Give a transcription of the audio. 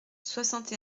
soixante